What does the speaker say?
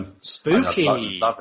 Spooky